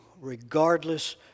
regardless